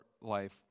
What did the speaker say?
life